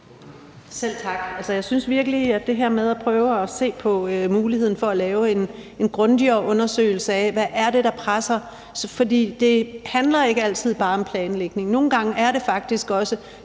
Selv tak. Altså, jeg synes virkelig godt om det her med at prøve at se på muligheden for at lave en grundigere undersøgelse af, hvad det er, der presser. For det handler ikke altid bare om planlægning. Nogle gange er det faktisk også